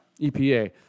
EPA